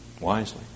wisely